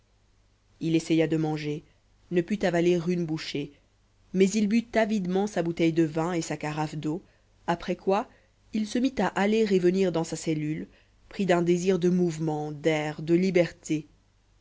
il essaya de manger ne put avaler une bouchée mais il but avidement sa bouteille de vin et sa carafe d'eau après quoi il se mit à aller et venir dans sa cellule pris d'un désir de mouvement d'air de liberté